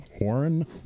warren